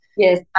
Yes